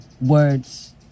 words